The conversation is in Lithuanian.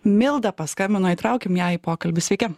milda paskambino įtraukim ją į pokalbį sveiki